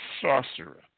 sorcerer